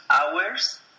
hours